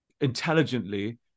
intelligently